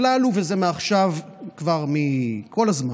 הכלל הוא, כל הזמן,